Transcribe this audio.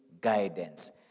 guidance